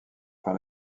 par